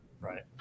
Right